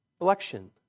election